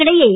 இதற்கிடையே